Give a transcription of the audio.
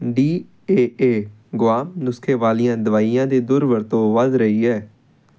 D A A ਗੁਆਮ ਨੁਸਖ਼ੇ ਵਾਲੀਆਂ ਦਵਾਈਆਂ ਦੀ ਦੁਰਵਰਤੋਂ ਵੱਧ ਰਹੀ ਹੈ